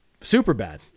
Superbad